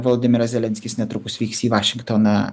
vlodimiras zelenskis netrukus vyks į vašingtoną